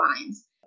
lines